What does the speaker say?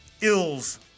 Ills